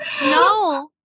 No